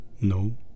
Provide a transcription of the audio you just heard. No